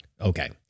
Okay